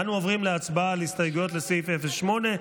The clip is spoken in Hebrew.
אנו עוברים להצבעה על הסתייגויות לסעיף 08,